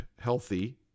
healthy